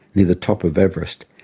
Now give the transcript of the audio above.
the the top of everest,